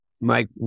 Mike